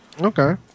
Okay